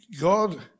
God